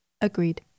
Agreed